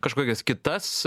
kažkokias kitas